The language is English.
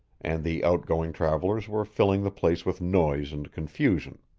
and the outgoing travelers were filling the place with noise and confusion.